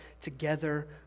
together